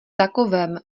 takovém